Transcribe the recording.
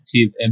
Active